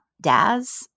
Daz